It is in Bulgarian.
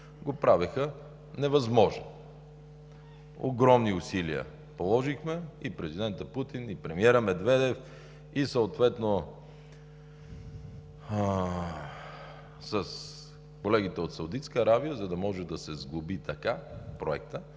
го правеха невъзможен. Положихме огромни усилия и президентът Путин, и премиерът Медведев, и съответно с колегите от Саудитска Арабия, за да може да се сглоби така проектът,